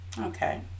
okay